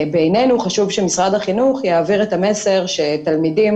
בינינו חשוב שמשרד החינוך יעביר את המסר שתלמידים